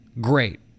Great